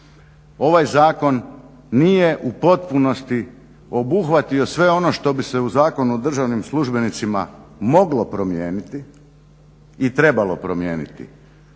Ovaj zakon nije u potpunosti obuhvatio sve on što bi se u Zakonu o državnim službenicima moglo promijeniti i trebalo promijeniti,